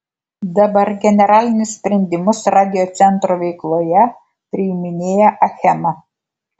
dabar generalinius sprendimus radiocentro veikloje priiminėja achema